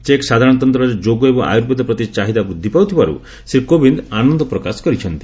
check ସାଧାରଣତନ୍ତରେ ଯୋଗ ଏବଂ ଆର୍ୟବେଦ ପ୍ରତି ଚାହିଦା ବୃଦ୍ଧି ପାଉଥିବାର୍ତ ଶ୍ରୀ କୋବିନ୍ଦ ଆନନ୍ଦ ପ୍ରକାଶ କରିଛନ୍ତି